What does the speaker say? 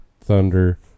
thunder